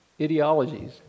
ideologies